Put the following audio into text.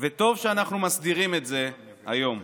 וטוב שאנחנו מסדירים את זה היום.